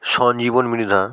Sanjiban Mridha